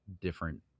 different